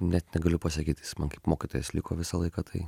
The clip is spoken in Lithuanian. net negaliu pasakyt jis man kaip mokytojas liko visą laiką tai